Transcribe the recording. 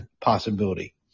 possibility